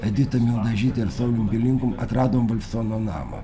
edita mildažyte ir saulium pilinkum atradom valsono namą